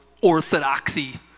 orthodoxy